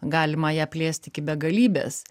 galima ją plėst iki begalybės